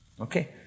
Okay